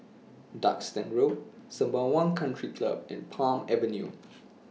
Duxton Road Sembawang Country Club and Palm Avenue